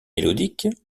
mélodiques